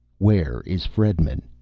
where is fredman?